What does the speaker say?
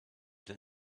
that